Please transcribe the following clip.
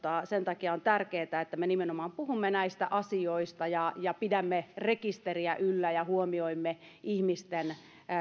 sen takia on tärkeätä että me nimenomaan puhumme näistä asioista ja ja pidämme rekisteriä yllä ja huomioimme ihmisten